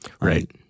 Right